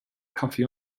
kaffee